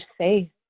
say